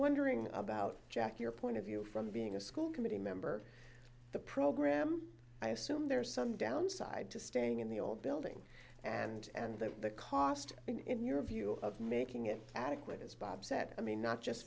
wondering about jack your point of view from being a school committee member the program i assume there's some downside to staying in the old building and and that the cost in your view of making it adequate as bob said i mean not just